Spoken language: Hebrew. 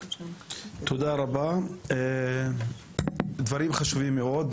תודה רבה, דברים חשובים מאוד.